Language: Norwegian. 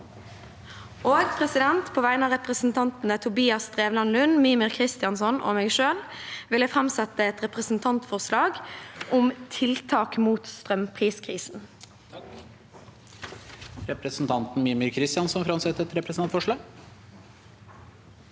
er reparert. På vegne av representantene Tobias Drevland Lund, Mímir Kristjánsson og meg selv vil jeg framsette et representantforslag om tiltak mot strømpriskrisen. Presidenten Representanten Mímir Kristjánsson vil framsette et representantforslag.